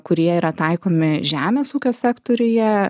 kurie yra taikomi žemės ūkio sektoriuje